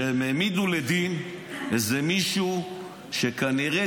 שהם העמידו לדין איזה מישהו שכנראה